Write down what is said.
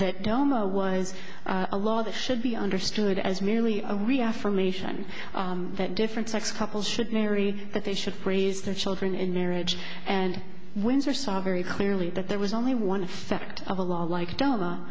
that doma was a law that should be understood as merely a reaffirmation that different sex couples should marry that they should raise their children in marriage and windsor saw very clearly that there was only one effect of a law like do